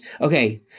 okay